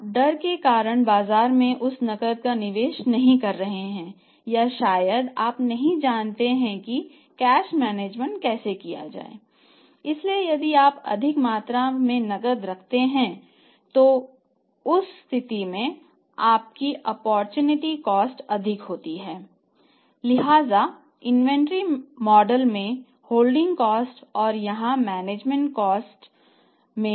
आप डर के कारण बाजार में उस नकद का निवेश नहीं कर रहे हैं या शायद आप नहीं जानते कि कैश मैनेजमेंट है